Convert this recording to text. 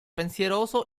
pensieroso